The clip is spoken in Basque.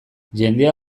jendea